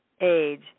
age